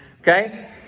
Okay